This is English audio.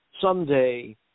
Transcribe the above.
someday